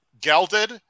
Gelded